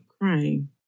crying